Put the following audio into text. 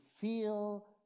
feel